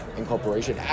incorporation